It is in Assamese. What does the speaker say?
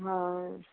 হয়